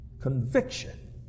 conviction